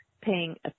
paying